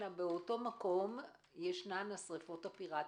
אלא באותו מקום יש השריפות הפיראטיות.